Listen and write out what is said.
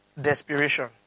Desperation